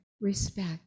respect